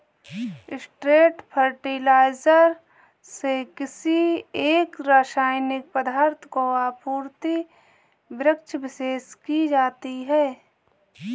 straight fertiliser से किसी एक रसायनिक पदार्थ की आपूर्ति वृक्षविशेष में की जाती है